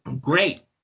Great